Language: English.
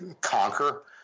conquer